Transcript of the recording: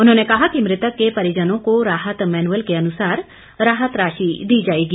उन्होंने कहा कि मृतक के परिजनों को राहत मैनुअल के अुनसार राहत राशि दी जाएगी